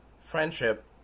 friendship